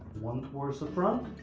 one towards the front,